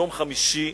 יום חמישי.